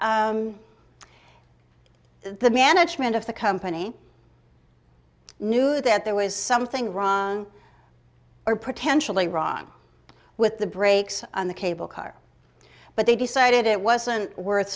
the management of the company knew that there was something wrong or potentially wrong with the brakes on the cable car but they decided it wasn't worth